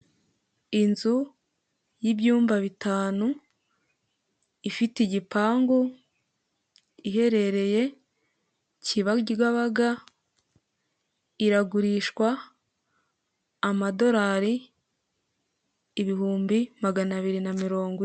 Inzu y'ibyumba bitanu ifite igipangu, iherereye Kibabaga, iragurishwa amadolari ibihumbi magana abiri na mirongo ine.